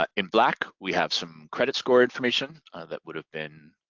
ah in black we have some credit score information that would have been